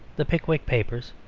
the pickwick papers,